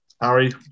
Harry